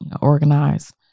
organize